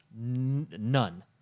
None